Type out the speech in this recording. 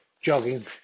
jogging